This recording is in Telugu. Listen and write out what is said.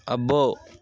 అబ్బో